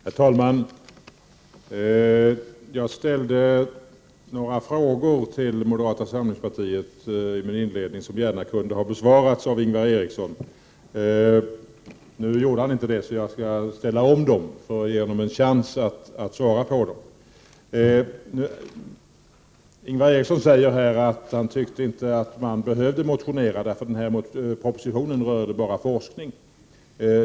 Herr talman! Jag ställde i min inledning några frågor till moderata samlingspartiet, som gärna kunde ha besvarats av Ingvar Eriksson. Nu svarade han inte på dem, och jag ställer dem en gång till för att han skall få chansen att svara. Han säger att han tyckte att man inte behövde motionera eftersom propositionen endast berörde forskning.